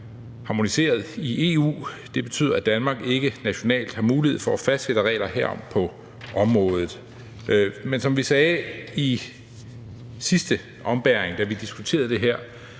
harmoniseret i EU. Det betyder, at Danmark ikke nationalt har mulighed for at fastsætte regler herom på området. Men som vi sagde i sidste ombæring, da vi diskuterede det her,